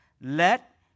let